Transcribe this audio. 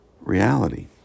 reality